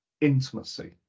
intimacy